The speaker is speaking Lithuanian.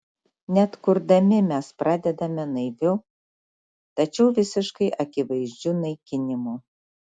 net kurdami mes pradedame naiviu tačiau visiškai akivaizdžiu naikinimu